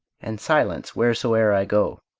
and silence wheresoe'er i go.